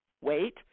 wait